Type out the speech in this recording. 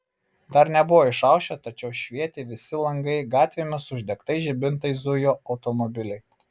dar nebuvo išaušę tačiau švietė visi langai gatvėmis uždegtais žibintais zujo automobiliai